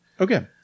Okay